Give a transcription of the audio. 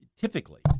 typically